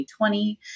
2020